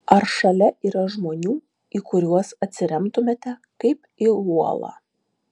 ar šalia yra žmonių į kuriuos atsiremtumėte kaip į uolą